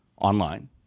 online